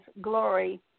glory